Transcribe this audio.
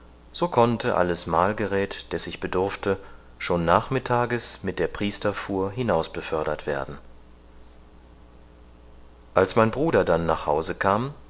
so konnte alles malgeräth deß ich bedurfte schon nachmittages mit der priesterfuhr hinausbefördert werden als mein bruder dann nach hause kam erst